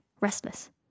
restless